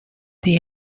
the